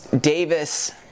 Davis